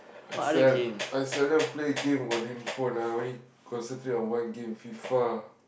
I sel~ I seldom play game on handphone ah only concentrate on one game Fifa